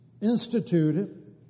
instituted